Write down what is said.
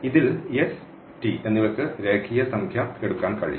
ഇതിൽ s t എന്നിവയ്ക്ക് രേഖീയ സംഖ്യ എടുക്കാൻ കഴിയും